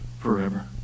forever